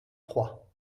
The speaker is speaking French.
trois